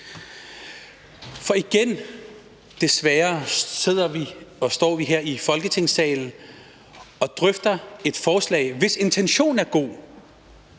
er bekymret for. For igen står vi her i Folketingssalen og drøfter et forslag, hvis intention er god,